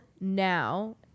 now